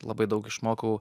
labai daug išmokau